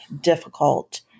difficult